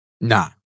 Nah